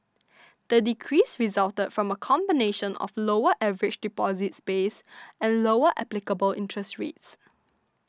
the decrease resulted from a combination of lower average deposits base and lower applicable interest rates